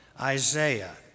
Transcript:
Isaiah